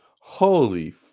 Holy